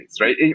right